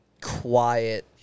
quiet